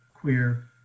queer